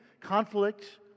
Conflict